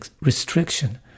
restriction